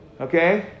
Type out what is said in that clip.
Okay